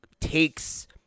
takes